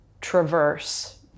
traverse